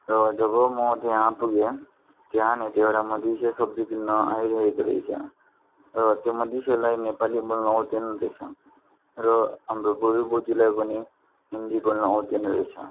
र जब म त्यहाँ पुगेँ त्यहाँनेर एउटा मदिसे सब्जी किन्न आइरहेको रहेछ र त्यो मदिसेलाई नेपाली बोल्नु आउँदैन रहेछ र हाम्रो बुढी बोज्यूलाई पनि हिन्दी बोल्नु आउँदैन रहेछ